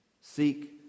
Seek